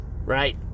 right